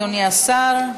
אדוני השר.